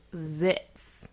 zips